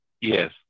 Yes